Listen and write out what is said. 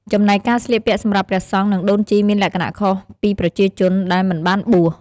ចំណែកការស្លៀកពាក់សម្រាប់ព្រះសង្ឃនិងដូនជីមានលក្ខណះខុសពីប្រជាជនដែលមិនបានបួស ។